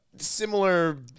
similar